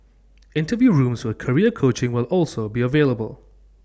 interview rooms for career coaching will also be available